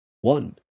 One